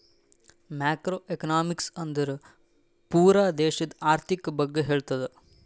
macro economics ಅಂದುರ್ ಪೂರಾ ದೇಶದು ಆರ್ಥಿಕ್ ಬಗ್ಗೆ ಹೇಳ್ತುದ